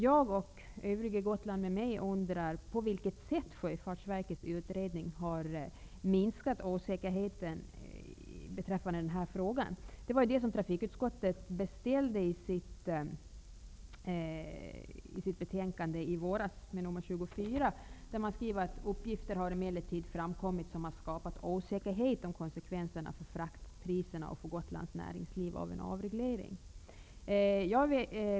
Jag och övriga gotlänningar undrar på vilket sätt Sjöfartsverkets utredning har minskat osäkerheten i denna fråga. Trafikutskottet skrev i sitt betänkande nr 24 i våras att uppgifter har framkommit som har skapat osäkerhet om konsekvenserna för fraktpriserna och för Gotlands näringsliv av en avreglering, och beställde en utredning om detta.